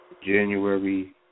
January